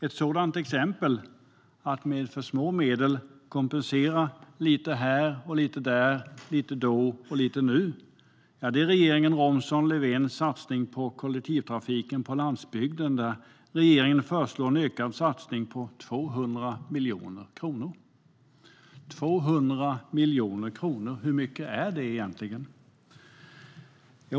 Ett sådant exempel, att med alltför små medel kompensera lite här och lite där, lite då och lite nu, är regeringen Romson-Löfvens satsning på kollektivtrafiken på landsbygden. Där föreslår regeringen en ökad satsning med 200 miljoner kronor. 200 miljoner kronor, hur mycket är det egentligen?